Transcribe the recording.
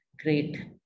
great